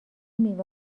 میوه